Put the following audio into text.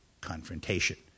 confrontation